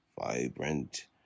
Vibrant